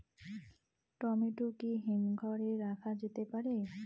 Tomato কি হিমঘর এ রাখা যেতে পারে?